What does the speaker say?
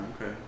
Okay